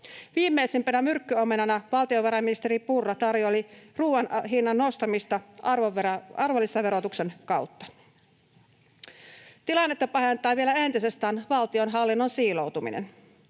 Viimeisimpänä myrkkyomenana valtiovarainministeri Purra tarjoili ruuan hinnan nostamista arvonlisäverotuksen kautta. Tilannetta pahentaa vielä entisestään valtionhallinnon siiloutuminen.